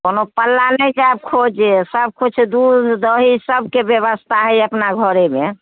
कोनो पल्ला नहि जायब खोजे कुछ दूध दही सभके व्यवस्था हय अपना घरेमे